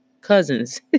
cousins